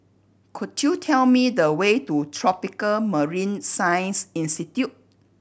could you tell me the way to Tropical Marine Science Institute